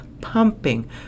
pumping